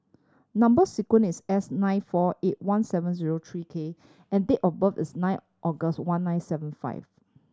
number sequence is S nine four eight one seven zero three K and date of birth is nine August one nine seven five